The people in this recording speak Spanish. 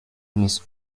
mis